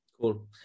Cool